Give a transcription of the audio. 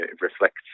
reflects